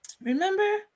Remember